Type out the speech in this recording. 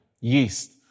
yeast